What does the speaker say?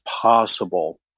possible